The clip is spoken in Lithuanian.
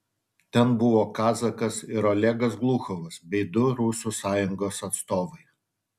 ten buvo kazakas ir olegas gluchovas bei du rusų sąjungos atstovai